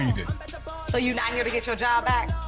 so you're not here to get your job back?